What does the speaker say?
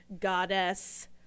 goddess